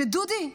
שדודי,